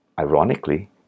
Ironically